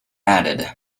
added